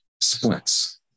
Splints